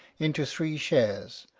into three shares,